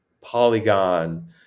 Polygon